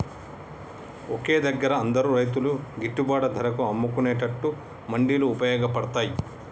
ఒకే దగ్గర అందరు రైతులు గిట్టుబాటు ధరకు అమ్ముకునేట్టు మండీలు వుపయోగ పడ్తాయ్